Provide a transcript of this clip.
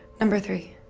number three.